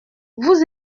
vous